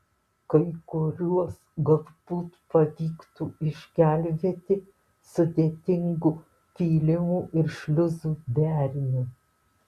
kai kuriuos galbūt pavyktų išgelbėti sudėtingu pylimų ir šliuzų deriniu